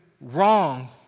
wrong